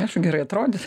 aišku gerai atrodyt